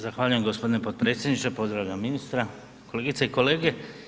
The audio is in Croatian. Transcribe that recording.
Zahvaljujem gospodine potpredsjedniče, pozdravljam ministra, kolegice i kolege.